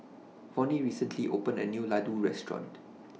Vonnie recently opened A New Ladoo Restaurant